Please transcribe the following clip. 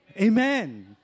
Amen